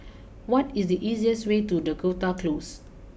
what is the easiest way to Dakota close